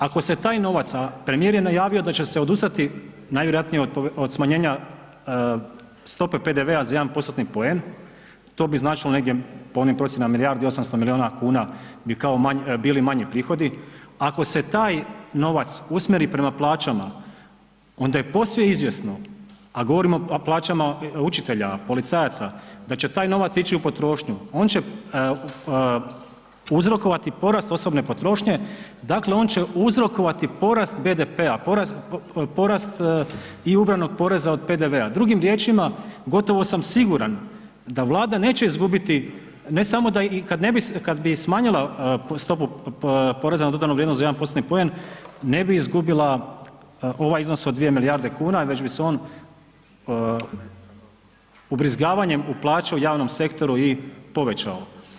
Ako se taj novac, a premijer je najavio da će se odustati najvjerojatnije od smanjenja stope PDV-a za 1%-tni poen, to bi značilo negdje po onim procjenama milijardu i 800 milijuna kuna bi kao bili manji prihodi, ako se taj novac usmjeri prema plaćama onda je posve izvjesno, a govorimo o plaćama učitelja, policajaca, da će taj novac ići u potrošnju, on će uzrokovati porast osobne potrošnje, dakle on će uzrokovati porast BDP-a Drugim riječima, gotovo sam siguran da Vlada neće izgubiti kada bi i smanjila stopu poreza na dodanu vrijednost za jedan postotni poen ne bi izgubila ovaj iznos od dvije milijarde kuna već bi se on ubrizgavanjem u plaće u javnom sektoru i povećao.